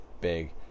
big